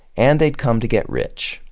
and they'd come to get rich,